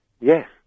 Yes